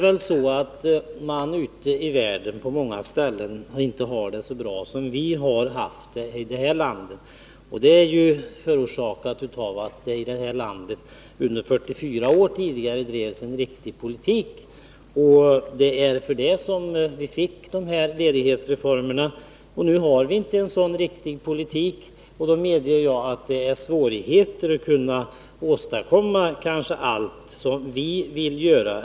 På många håll i världen har man det inte så bra som vi har haft det, och orsaken är ju att det tidigare här i landet under 44 år fördes en riktig politik. Då genomfördes de här ledighetsreformerna. Men nu förs det inte en riktig politik och därför kan det, det medger jag, vara svårt att åstadkomma allt det som vi vill göra.